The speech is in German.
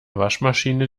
waschmaschine